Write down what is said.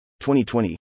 2020